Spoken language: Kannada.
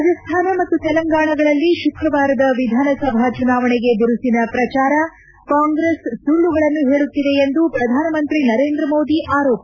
ರಾಜಸ್ತಾನ ಮತ್ತು ತೆಲಂಗಾಣಗಳಲ್ಲಿ ಶುಕ್ರವಾರದ ವಿಧಾನಸಭಾ ಚುನಾವಣೆಗೆ ಬಿರುಸಿನ ಪ್ರಚಾರ ಕಾಂಗ್ರೆಸ್ ಸುಳ್ಳುಗಳನ್ನು ಹೇಳುತ್ತಿದೆ ಎಂದು ಪ್ರಧಾನಮಂತ್ರಿ ನರೇಂದ್ರ ಮೋದಿ ಆರೋಪ